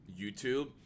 YouTube